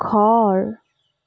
ঘৰ